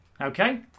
Okay